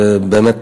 באמת,